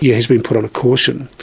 yeah he's been put on a caution.